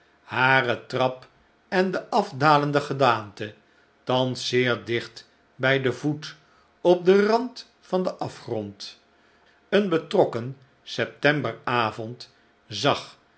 hare trap en de afdalende gedaante thans zeer dicht bij den voet op den rand van den afgrond een betrokken september avond zag